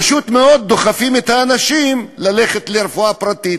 פשוט מאוד דוחפים את האנשים ללכת לרפואה פרטית.